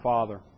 Father